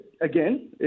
again